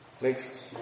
Next